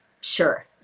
sure